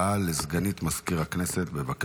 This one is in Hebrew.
מסמכים שהונחו על שולחן הכנסת 3 סגנית מזכיר הכנסת אלינור